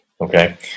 okay